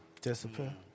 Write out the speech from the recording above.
disappear